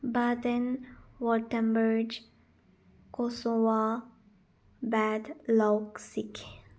ꯕꯥꯇꯤꯟ ꯋꯥꯇꯦꯝꯕꯔꯤꯁ ꯀꯣꯁꯣꯋꯥ ꯕꯦꯗ ꯂꯣꯛ ꯁꯤꯛ